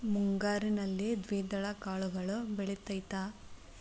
ಮುಂಗಾರಿನಲ್ಲಿ ದ್ವಿದಳ ಕಾಳುಗಳು ಬೆಳೆತೈತಾ?